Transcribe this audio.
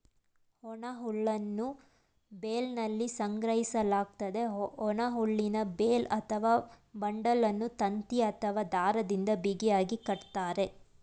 ಒಣಹುಲ್ಲನ್ನು ಬೇಲ್ನಲ್ಲಿ ಸಂಗ್ರಹಿಸಲಾಗ್ತದೆ, ಒಣಹುಲ್ಲಿನ ಬೇಲ್ ಅಥವಾ ಬಂಡಲನ್ನು ತಂತಿ ಅಥವಾ ದಾರದಿಂದ ಬಿಗಿಯಾಗಿ ಕಟ್ತರೆ